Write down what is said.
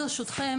ברשותכם,